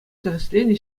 тӗрӗсленӗ